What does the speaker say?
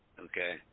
Okay